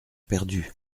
perdu